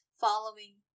following